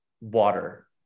water